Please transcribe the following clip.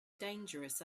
dangerous